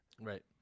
right